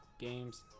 Games